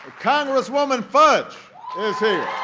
congresswoman fudge is here.